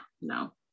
no